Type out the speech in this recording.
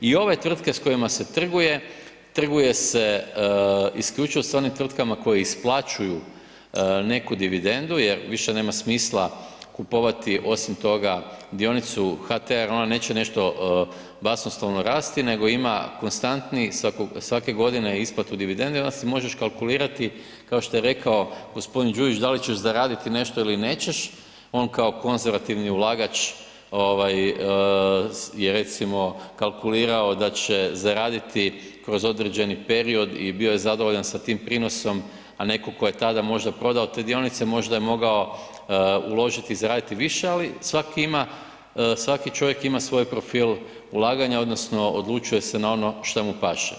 I ove tvrtke s kojima se trguje trguje se isključivo s onim tvrtkama koje isplaćuju neku dividendu jer više nema smisla kupovati, osim toga dionicu HT-a jer ona neće nešto basnoslovno rasti, nego ima konstantni svake godine isplatu dividende i onda si možeš kalkulirati kao što je rekao g. Đujić da li ćeš zaraditi nešto ili nećeš, on kao konzervativni ulagač ovaj je recimo kalkulirao da će zaraditi kroz određeni period i bio je zadovoljan sa tim prinosom, a netko tko je tada možda prodao te dionice, možda je mogao uložiti i zaraditi više, ali svaki ima, svaki čovjek ima svoj profil ulaganja odnosno odlučuje se na ono šta mu paše.